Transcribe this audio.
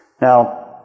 Now